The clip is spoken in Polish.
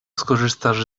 skorzystasz